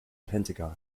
pentagon